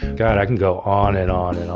god, i can go on and on and on